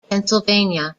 pennsylvania